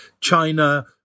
China